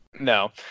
No